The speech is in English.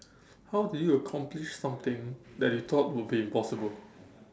how do you accomplish something that you thought will be impossible